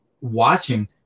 watching